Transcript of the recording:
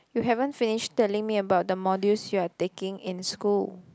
you haven't finish telling me about the modules you are taking in school